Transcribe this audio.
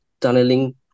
tunneling